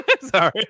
Sorry